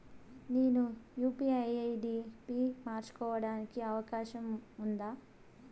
నేను UPI ID పి మార్చుకోవడానికి అవకాశం ఉందా?